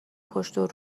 پشت